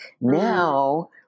Now